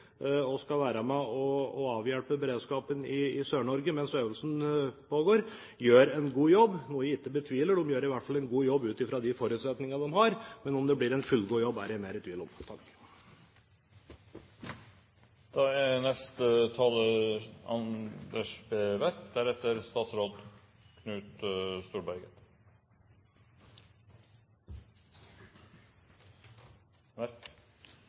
og skal være med og avhjelpe beredskapen i Sør-Norge mens øvelsene pågår, blir god, og at operatørene gjør en god jobb – noe jeg ikke betviler, de gjør i hvert fall en god jobb ut fra de forutsetningene de har. Men om det blir en fullgod jobb, er jeg mer i tvil om. Høyre støtter forslaget om å bevilge 14 mill. kr ekstra til redningstjenesten. Dette er